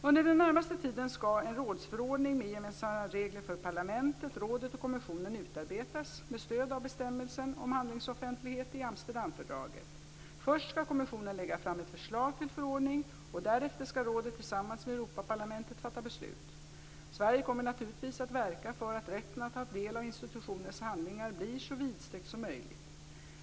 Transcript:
Under den närmaste tiden skall en rådsförordning med gemensamma regler för parlamentet, rådet och kommissionen utarbetas med stöd av bestämmelsen om handlingsoffentlighet i Amsterdamfördraget. Först skall kommissionen lägga fram ett förslag till förordning och därefter skall rådet tillsammans med Europaparlamentet fatta beslut. Sverige kommer naturligtvis att verka för att rätten att ta del av institutionernas handlingar blir så vidsträckt som möjligt.